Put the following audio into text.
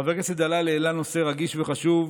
חבר הכנסת דלל העלה נושא רגיש וחשוב,